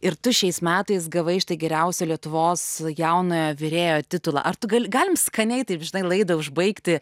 ir tu šiais metais gavai štai geriausio lietuvos jaunojo virėjo titulą ar tu gali galim skaniai taip žinai laidą užbaigti